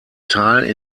teil